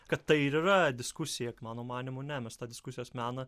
kad tai yra diskusija mano manymu nemesta diskusijos meną